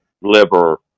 liver